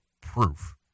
proof